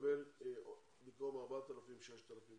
- מקבל קצת יותר, מקבל 6,000 במקום 4,000 שקלים.